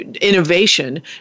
innovation